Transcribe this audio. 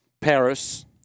Paris